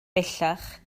bellach